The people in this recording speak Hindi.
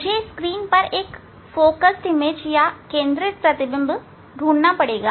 मुझे स्क्रीन पर एक केंद्रित प्रतिबिंब ढूंढना होगा